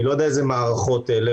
אני לא יודע אילו מערכות אלה.